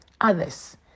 others